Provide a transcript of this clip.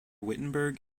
wittenberg